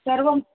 सर्वम्